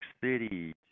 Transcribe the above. City